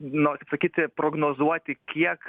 nu taip sakyti prognozuoti kiek